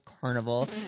carnival